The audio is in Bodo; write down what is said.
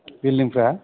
बिलडिंफ्रा